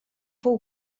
fou